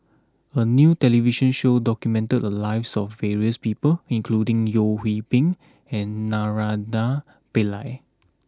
a new television show documented the lives of various people including Yeo Hwee Bin and Naraina Pillai